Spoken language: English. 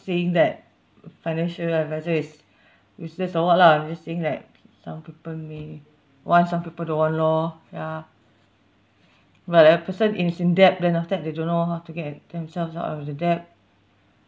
saying that financial advisor is useless or what lah I'm just saying like some people may want some people don't want loh ya but a person is in debt then after that they don't know how to get themselves out of the debt